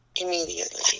Immediately